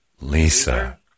Lisa